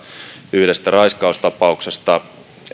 yhdestä raiskaustapauksesta